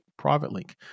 PrivateLink